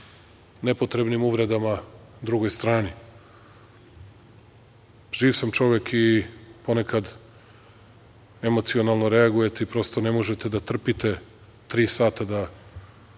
nepotrebnim uvredama drugoj strani. Živ sam čovek i ponekad emocionalno reagujete i prosto ne možete da trpite tri sata da